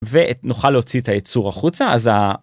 ואת נוכל להוציא את הייצור החוצה אז.